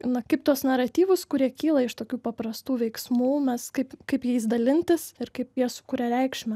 na kaip tuos naratyvus kurie kyla iš tokių paprastų veiksmų mes kaip kaip jais dalintis ir kaip jie sukuria reikšmę